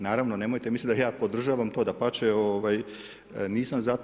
Naravno, nemojte misliti da ja podržavam to, dapače, nisam za to.